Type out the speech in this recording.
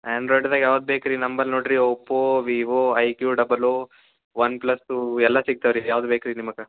ಆಂಡ್ರಾಯ್ಡ್ದಾಗ ಯಾವುದು ಬೇಕು ರೀ ನಂಬಲ್ ನೋಡ್ರಿ ಒಪ್ಪೋ ವಿವೋ ಐ ಗೀವ್ ಅ ಡುಬ್ಬಲ್ ಓ ಒನ್ಪ್ಲಸ್ಸು ಎಲ್ಲ ಸಿಕ್ತವೆ ರೀ ಯಾವ್ದು ಬೇಕು ರೀ ನಿಮ್ಗೆ